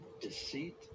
deceit